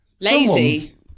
Lazy